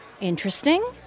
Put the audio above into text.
Interesting